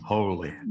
Holy